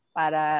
para